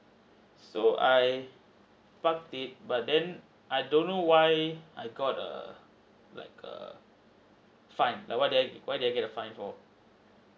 so I parked it but then I don't know why I got a like a fine like why did I why did I get the fine for